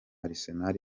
arsenal